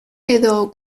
edo